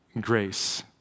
grace